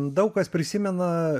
daug kas prisimena